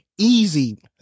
Easy